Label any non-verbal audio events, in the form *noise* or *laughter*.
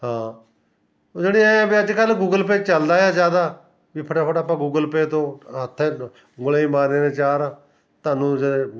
ਹਾਂ ਯਾਨੀ ਐ ਆ ਵੀ ਅੱਜ ਕੱਲ੍ਹ ਗੂਗਲ ਪੇ ਚਲਦਾ ਹੈ ਜ਼ਿਆਦਾ ਵੀ ਫਟਾਫਟ ਆਪਾਂ ਗੂਗਲ ਪੇ ਤੋਂ *unintelligible* ਗੋਲੇ ਹੀ ਮਾਰਨੇ ਨੇ ਚਾਰ ਤੁਹਾਨੂੰ *unintelligible*